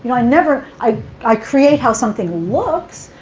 you know i never i i create how something looks.